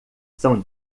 são